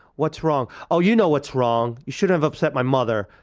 what's wrong? oh, you know what's wrong. you shouldn't have upset my mother.